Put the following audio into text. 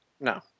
No